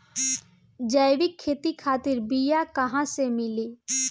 जैविक खेती खातिर बीया कहाँसे मिली?